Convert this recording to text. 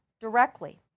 directly